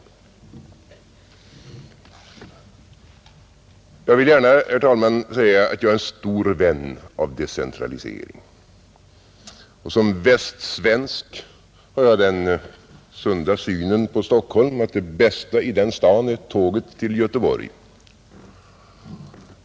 Jag vill gärna, herr talman, säga att jag är stor vän av decentralisering, och som västsvensk har jag den sunda synen på Stockholm att det bästa i den staden är tåget till Göteborg.